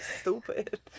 stupid